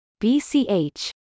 BCH